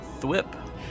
Thwip